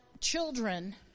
children